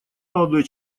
молодой